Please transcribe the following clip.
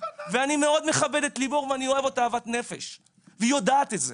ואני מאוד מכבד את לימור ואני אוהב אותה אהבת נפש והיא יודעת את זה,